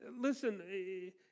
listen